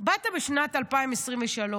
באת בשנת 2023,